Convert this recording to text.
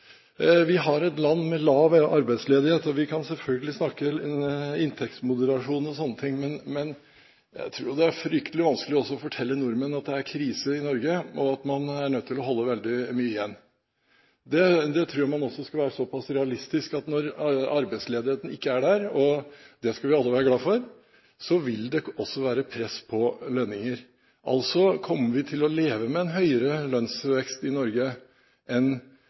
Vi har et land med lav arbeidsledighet, og vi kan selvfølgelig snakke om inntektsmoderasjon og sånne ting, men jeg tror det er fryktelig vanskelig å snakke til nordmenn om at det er krise i Norge, og at man er nødt til å holde veldig mye igjen. Jeg tror man også skal være såpass realistisk på at når arbeidsledigheten ikke er der – det skal vi alle være glade for – vil det også være press på lønninger. Altså: Vi kommer til å leve med en høyere lønnsvekst i Norge enn